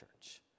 church